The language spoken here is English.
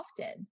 often